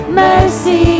mercy